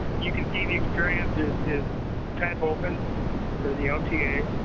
you can see the experience is is kind of open for the lta.